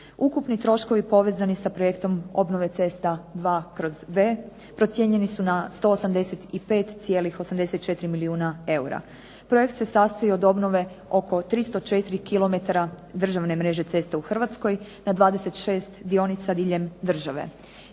Ukupni troškovi povezani sa Projektom obnove cesta II/B procijenjeni su na 185,84 milijuna eura. Projekt se sastoji od obnove oko 304 km državne mreže cesta u Hrvatskoj na 26 dionica diljem države.